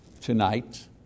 tonight